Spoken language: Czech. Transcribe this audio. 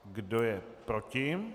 Kdo je proti?